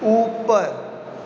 ਉੱਪਰ